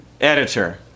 editor